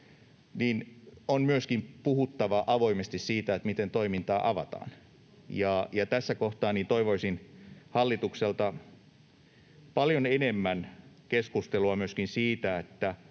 on myöskin puhuttava avoimesti siitä, miten toimintaa avataan, ja tässä kohtaa toivoisin hallitukselta paljon enemmän keskustelua myöskin siitä,